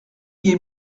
gué